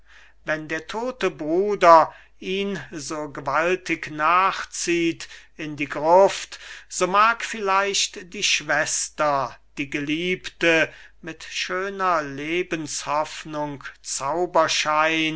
wenn der todte bruder ihn so gewaltig nachzieht in die gruft so mag vielleicht die schwester die geliebte mit schöner lebenshoffnung zauberschein